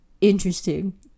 interesting